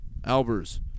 Albers